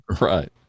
Right